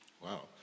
Wow